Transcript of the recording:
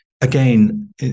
again